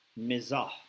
Mizah